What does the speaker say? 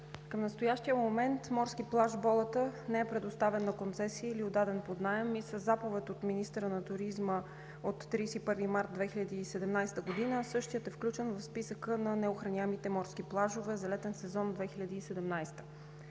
Към настоящия момент морски плаж „Болата“ не е предоставен на концесия или отдаден под наем и със заповед от министъра на туризма от 31 март 2017 г. същият е включен в списъка на неохраняемите морски плажове за летен сезон 2017